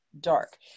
dark